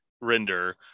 render